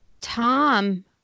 Tom